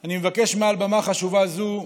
אני מבקש, מעל במה חשובה זו,